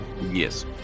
Yes